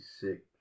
sick